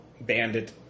bandit